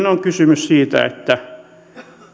on kysymys siitä että